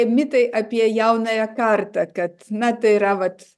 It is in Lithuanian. mitai apie jaunąją kartą kad na tai yra vat